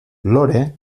lore